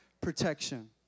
protection